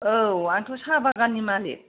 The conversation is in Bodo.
औ आंथ' साहा बागाननि मालिक